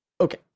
Okay